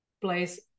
place